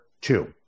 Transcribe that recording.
two